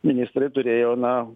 ministrai turėjo na